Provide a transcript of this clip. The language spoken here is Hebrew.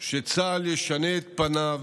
שצה"ל ישנה את פניו